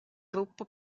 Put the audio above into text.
gruppo